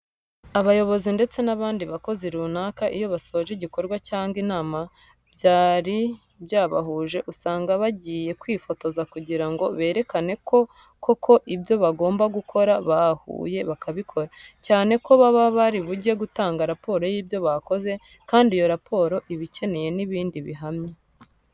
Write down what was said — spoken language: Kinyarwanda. Abayobozi ndetse n'abandi bakozi runaka iyo basoje igikorwa cyangwa inama byari byabahuje usanga bagiye kwifotoza kugira ngo berekane ko koko ibyo bagombaga gukora bahuye bakabikora, cyane ko baba bari bujye gutanga raporo y'ibyo bakoze kandi iyo raporo iba ikeneye n'ibindi bihamya.